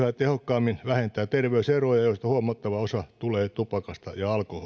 yhä tehokkaammin vähentää terveyseroja joista huomattava osa tulee tupakasta ja alkoholista